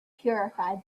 purified